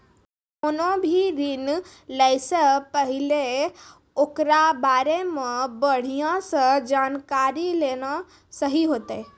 कोनो भी ऋण लै से पहिले ओकरा बारे मे बढ़िया से जानकारी लेना सही होतै